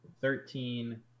thirteen